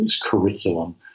curriculum